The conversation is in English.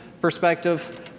perspective